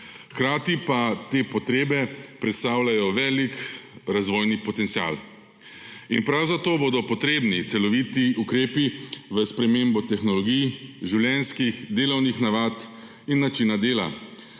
Hkrati pa te potrebe predstavljajo velik razvojni potencial. In prav zato bodo potrebni celoviti ukrepi v spremembo tehnologij, življenjskih, delovnih navad in načina dela.